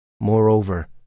Moreover